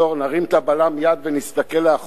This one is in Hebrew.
נרים את בלם היד ונסתכל לאחור,